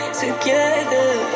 together